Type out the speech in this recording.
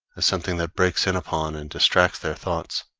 as something that breaks in upon and distracts their thoughts.